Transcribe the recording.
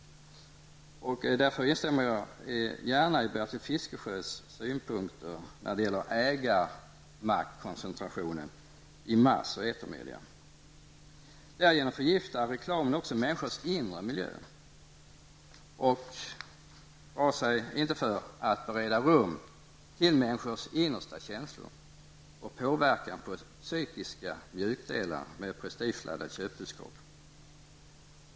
Därför instämmer jag gärna i Bertil Fiskesjös synpunkter när det gäller ägarmaktkoncentrationen i mass och etermedia. Därigenom förgiftar reklamen också människors inre miljö. Den drar sig inte för att bereda sig rum till människors innersta känslor och påverkan på psykiska mjukdelar med prestigeladdade köpbudskap.